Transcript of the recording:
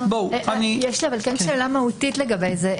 אבל יש לי שאלה מהותית לגבי זה.